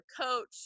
coach